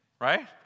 right